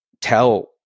tell